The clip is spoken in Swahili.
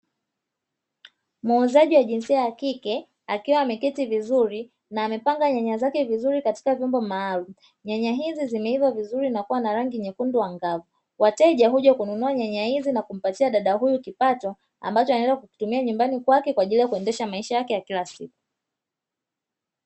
Muuzaji wa jinsia ya kike akiwa ameketi vizuri na amepanga nyanya zake vizuri katika vyombo maalumu. Nyanya hizi zimeiva vizuri na kuwa na rangi nyekundu angavu. Wateja huja kununua nyanya hizi na kumpatia dada huyu kipato ambacho anaenda kukitumia nyumbani kwake kwa ajili ya kuendesha maisha yake ya kila siku.